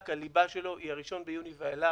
הליבה של המענק היא הראשון ביוני ואילך.